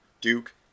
Duke